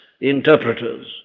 interpreters